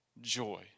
joy